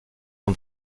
son